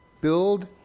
build